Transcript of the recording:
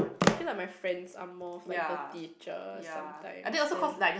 I feel like my friends are more of like the teachers sometimes then